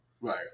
Right